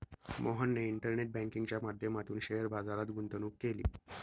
मोहनने इंटरनेट बँकिंगच्या माध्यमातून शेअर बाजारात गुंतवणूक केली